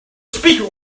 speaker